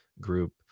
group